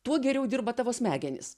tuo geriau dirba tavo smegenys